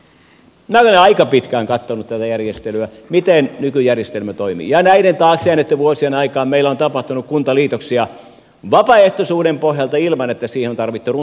minä olen aika pitkään katsonut tätä järjestelyä miten nykyjärjestelmä toimii ja näiden taakse jääneitten vuosien aikaan meillä on tapahtunut kuntaliitoksia vapaaehtoisuuden pohjalta ilman että siihen on tarvittu runttausta päälle